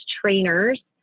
trainers